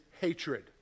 hatred